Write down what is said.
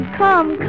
come